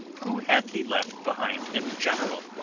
who hath he left behind him general?